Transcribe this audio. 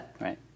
Right